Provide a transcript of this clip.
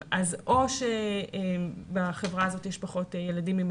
ההסבר שיכול להיות הוא שאו שבחברה הזו יש פחות ילדים עם